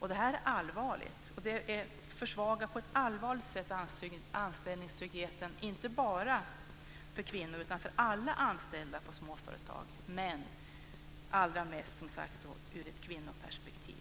Detta är allvarligt. Det försvagar på ett allvarligt sätt anställningstryggheten, inte bara för kvinnor utan för alla anställda på småföretag, men allra mest ur ett kvinnoperspektiv.